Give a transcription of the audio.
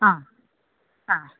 ആ ആ